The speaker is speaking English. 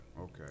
okay